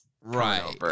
right